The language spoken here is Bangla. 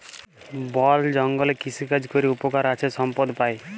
বল জঙ্গলে কৃষিকাজ ক্যরে উপকার আছে সম্পদ পাই